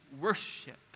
worship